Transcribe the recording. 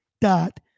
dot